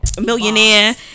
millionaire